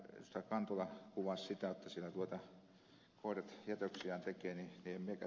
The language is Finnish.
kantola kuvasi sitä että siellä koirat jätöksiään tekevät